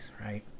right